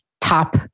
top